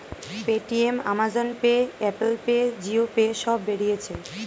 Paytm, Amazon Pay, Apple Pay, Jio Pay সব বেরিয়েছে